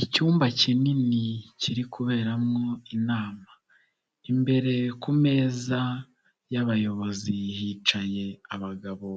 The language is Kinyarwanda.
Icyumba kinini kiri kuberamo inama, imbere ku meza y'abayobozi hicaye abagabo